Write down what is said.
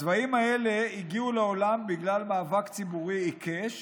הצבאים האלה הגיעו לעולם בגלל מאבק ציבורי עיקש,